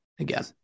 again